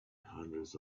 hundreds